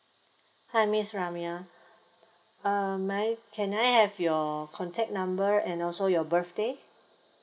hi miss ramia uh may I can I have your contact number and also your birthday